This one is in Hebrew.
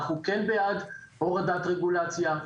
אנחנו כן בעד הורדת רגולציה.